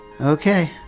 Okay